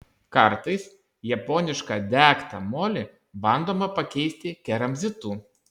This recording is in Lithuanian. kartais japonišką degtą molį bandoma pakeisti keramzitu